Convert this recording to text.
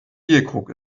bierkrug